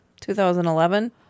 2011